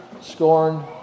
scorn